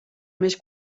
més